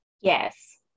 Yes